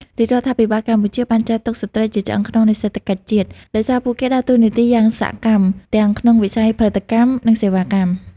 រាជរដ្ឋាភិបាលកម្ពុជាបានចាត់ទុកស្ត្រីជាឆ្អឹងខ្នងនៃសេដ្ឋកិច្ចជាតិ ដោយសារពួកគេដើតួនាទីយ៉ាងសកម្មទាំងក្នុងវិស័យផលិតកម្ម និងសេវាកម្ម។